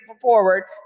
forward